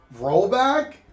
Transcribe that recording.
rollback